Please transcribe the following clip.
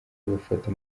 bafata